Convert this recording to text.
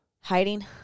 Hiding